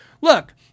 Look